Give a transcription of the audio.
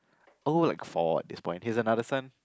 all at fault at this point his another son